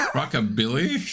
rockabilly